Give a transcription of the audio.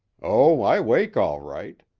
oh, i wake, all right.